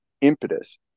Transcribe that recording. impetus